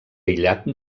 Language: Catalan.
aïllat